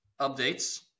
updates